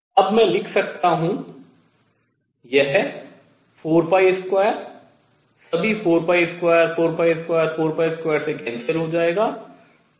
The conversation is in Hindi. अब मैं लिख सकता हूँ यह 4r2 सभी 4r2 4r2 4r2 से cancel हो जायेगा